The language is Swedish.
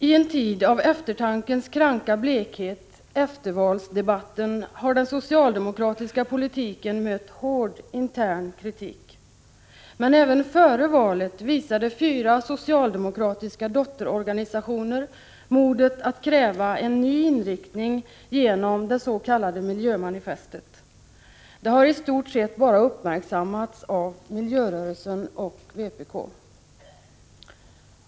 I én tid av eftertankens kranka blekhet, eftervalsdebatten, har den socialdemokratiska politiken mött hård intern kritik. Men även före valet visade fyra socialdemokratiska dotterorganisationer modet att kräva en ny inriktning genom det s.k. miljömanifestet. Det har i stort sett bara uppmärksammats av miljörörelsen och vpk.